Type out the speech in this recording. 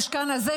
המשכן הזה,